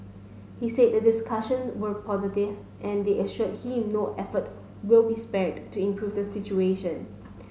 he said that discussion were positive and they assured him no effort will be spared to improve the situation